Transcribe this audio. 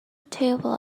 table